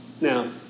Now